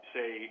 say